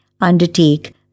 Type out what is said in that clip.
undertake